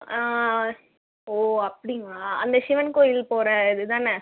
ஓ அப்படிங்களா அந்த சிவன் கோயில் போகிறது தானே